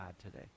today